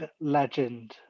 Legend